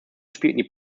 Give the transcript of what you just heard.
spielten